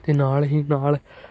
ਅਤੇ ਨਾਲ ਹੀ ਨਾਲ